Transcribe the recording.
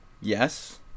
Yes